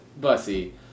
Bussy